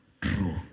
true